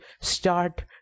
start